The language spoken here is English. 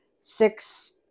six